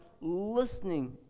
listening